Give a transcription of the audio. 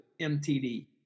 MTD